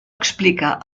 explica